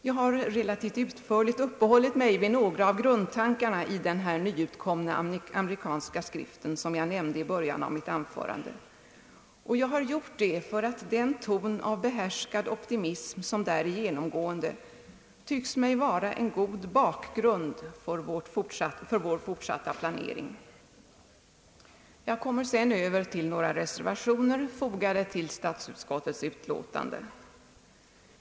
Jag har relativt utförligt uppehållit mig vid några av grundtankarna i den nyutkomna amerikanska skrift som jag nämnde i början av mitt anförande, och jag har gjort det därför att den ton av behärskad optimism som där är genomgående tycks mig vara en god bakgrund för vår fortsatta planering. Jag kommer sedan över till några reservationer, fogade till statsutskottets utlåtande.